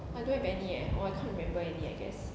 I don't have any or I can't remember any I guess